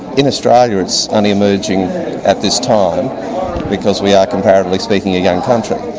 in australia it's only emerging at this time because we are comparatively speaking, a young country.